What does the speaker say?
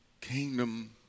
kingdom